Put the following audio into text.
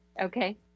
Okay